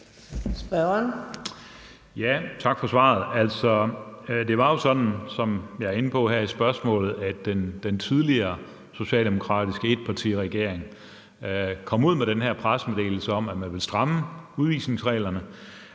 Skaarup (DD): Tak for svaret. Det var jo sådan, som jeg var inde på her i spørgsmålet, at den tidligere socialdemokratiske etpartiregering kom ud med den her pressemeddelelse om, at man ville stramme udvisningsreglerne,